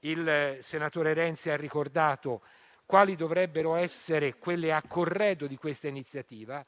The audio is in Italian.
Il senatore Renzi ha ricordato quali dovrebbero essere quelle a corredo di questa iniziativa,